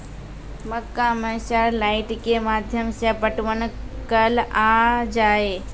मक्का मैं सर लाइट के माध्यम से पटवन कल आ जाए?